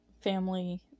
family